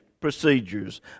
procedures